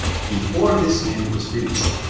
before this end was reached,